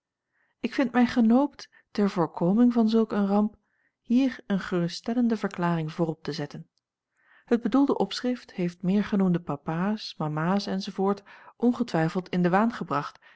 ik vind mij genoopt ter voorkoming van zulk een ramp hier een geruststellende verklaring voorop te zetten het bedoelde opschrift heeft meergenoemde papaas mamaas enz ongetwijfeld in den waan gebracht